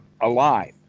alive